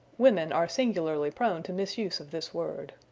women are singularly prone to misuse of this word.